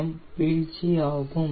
M வீழ்ச்சியாகும்